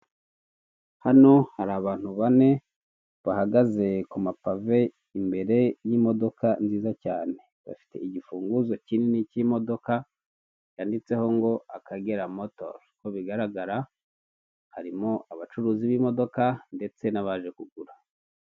Icyapa gitoya kiri ku nyubako ndende ya etage cyandikishijeho amagambo y'umutuku n'umukara ni ahakorerwa ivunjisha ry'amafaranga abagabo bari gutambuka imbere y'inyubako hirya gato umutaka w'umuhondo w'ikigo cy'itumanaho cya emutiyeni igiti kirekire kiri imbere y'izo nyubako.